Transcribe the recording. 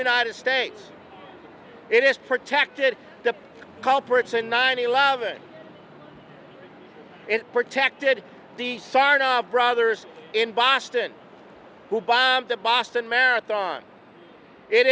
united states it is protected the culprits in nine eleven it protected the sarnoff brothers in boston who by the boston marathon it